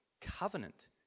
Covenant